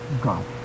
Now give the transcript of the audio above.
God